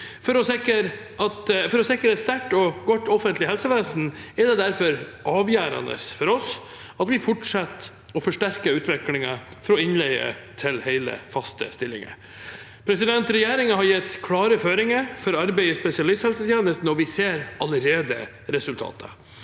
For å sikre et sterkt og godt offentlig helsevesen er det derfor avgjørende for oss at vi fortsetter å forsterke utviklingen fra innleie til hele, faste stillinger. Regjeringen har gitt klare føringer for arbeidet i spesialisthelsetjenesten, og vi ser allerede resultater.